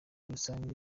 rusange